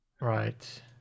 Right